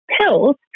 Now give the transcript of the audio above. pills